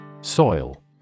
Soil